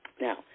Now